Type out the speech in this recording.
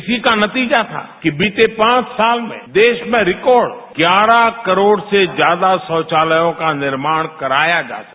इसी का नतीजा है कि बीते पांच सालों में देश में रिकॉर्ड ग्यारह करोड़ से ज्यादा शौचालयों का निर्माण कराया गया है